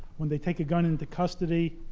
when they take a gun into custody,